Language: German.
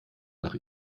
nach